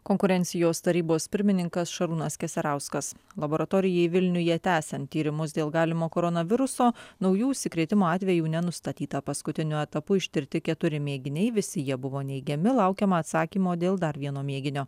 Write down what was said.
konkurencijos tarybos pirmininkas šarūnas keserauskas laboratorijai vilniuje tęsiant tyrimus dėl galimo koronaviruso naujų užsikrėtimo atvejų nenustatyta paskutiniu etapu ištirti keturi mėginiai visi jie buvo neigiami laukiama atsakymo dėl dar vieno mėginio